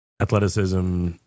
athleticism